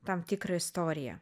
tam tikrą istoriją